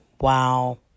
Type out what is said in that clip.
Wow